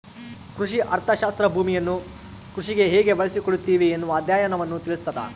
ಕೃಷಿ ಅರ್ಥಶಾಸ್ತ್ರ ಭೂಮಿಯನ್ನು ಕೃಷಿಗೆ ಹೇಗೆ ಬಳಸಿಕೊಳ್ಳುತ್ತಿವಿ ಎನ್ನುವ ಅಧ್ಯಯನವನ್ನು ತಿಳಿಸ್ತಾದ